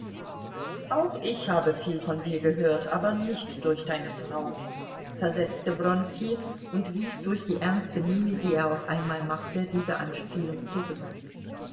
auch ich habe viel von dir gehört aber nicht durch deine frau versetzte wronski und wies durch die ernste miene die er auf einmal machte diese anspielung zurück